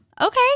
Okay